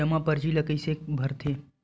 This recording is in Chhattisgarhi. जमा परची ल कइसे भरथे?